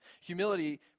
Humility